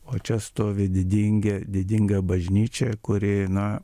o čia stovi didingi didinga bažnyčia kuri na